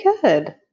good